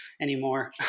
anymore